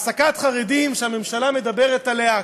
העסקת חרדים שהממשלה מדברת עליה,